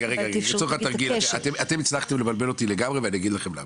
אתם הצלחתם לבלבל אותי לגמרי ואני אגיד לכם למה.